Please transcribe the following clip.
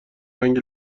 رنگ